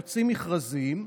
יוצאים מכרזים,